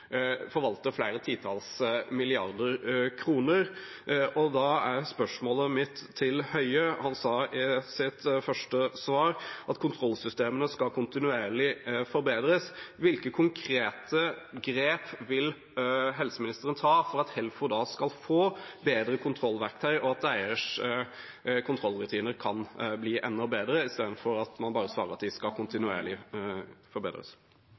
flere titalls milliarder kroner. Statsråden sa i sitt første svar at kontrollsystemene skal kontinuerlig forbedres. Da er spørsmålet mitt: Hvilke konkrete grep vil helseministeren ta for at Helfo skal få bedre kontrollverktøy, og at eiers kontrollrutiner kan bli enda bedre, i stedet for at man bare svarer at de skal forbedres